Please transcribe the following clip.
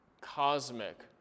cosmic